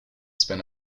spin